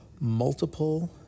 multiple